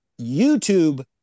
YouTube